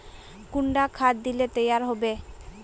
कुंडा खाद दिले तैयार होबे बे?